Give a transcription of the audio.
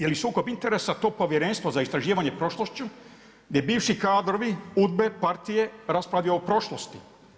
Je li sukob interesa to povjerenstvo za istraživanje prošlošću, gdje bivši kadrovi, UDBA-e, partije, raspravljaju o prošlosti.